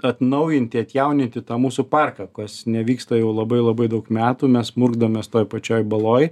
atnaujinti atjauninti tą mūsų parką kas nevyksta jau labai labai daug metų mes murkdomės toj pačioj baloj